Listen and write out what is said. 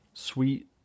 Sweet